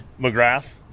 McGrath